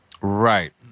Right